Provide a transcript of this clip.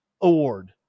award